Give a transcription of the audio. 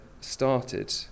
started